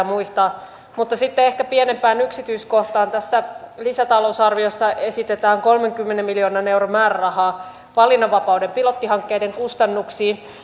muistaa mutta sitten ehkä pienempään yksityiskohtaan tässä lisätalousarviossa esitetään kolmenkymmenen miljoonan euron määrärahaa valinnanvapauden pilottihankkeiden kustannuksiin